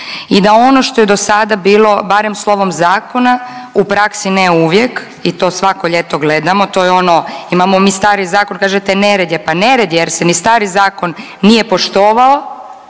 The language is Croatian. i da ono što je dosada bilo barem slovom zakona, u praksi ne uvijek i to svako ljeto gledamo, to je ono, imamo mi stari zakon, kažete nered je, pa nered je jer se ni stari zakon nije poštovao